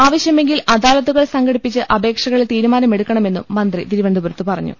ആവശ്യമെങ്കിൽ അദാലത്തുകൾ സംഘടിപ്പിച്ച് അപേക്ഷകളിൽ തീരുമാനമെടുക്കണമെന്നും മന്ത്രി തിരുവനന്ത പുരത്ത് പറഞ്ഞു